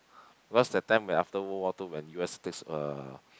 because that after War World Two when U_S face uh